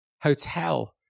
hotel